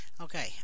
Okay